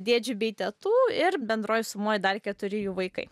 dėdžių bei tetų ir bendroj sumoj dar keturi jų vaikai